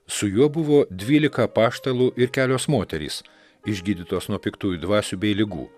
su juo buvo dvylika apaštalų ir kelios moterys išgydytos nuo piktųjų dvasių bei ligų